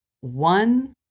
one